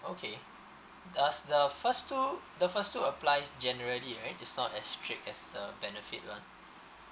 okay does the first two the first two applies generally right is not as strict as the benefit [one]